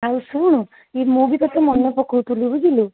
ଆଉ ଶୁଣୁ ମୁଁ ବି ତୋତେ ମନେ ପକାଉଥିଲି ବୁଝିଲୁ